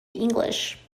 english